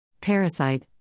Parasite